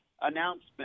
announcement